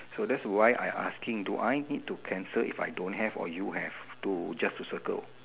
so that's why I asking do I need to cancel if I don't have or you have to just to circle